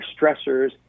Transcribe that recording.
stressors